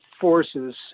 forces